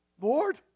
Lord